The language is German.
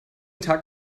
tag